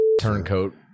turncoat